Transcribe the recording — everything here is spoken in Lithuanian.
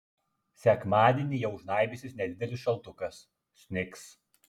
sekmadienį jau žnaibysis nedidelis šaltukas snigs